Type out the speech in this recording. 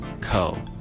co